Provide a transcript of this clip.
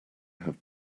have